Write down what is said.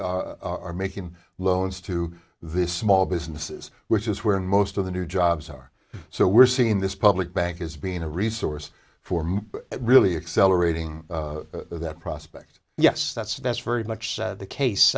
banks are making loans to this small businesses which is where most of the new jobs are so we're seeing this public bank is being a resource for really accelerating that prospect yes that's that's very much the case